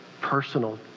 personal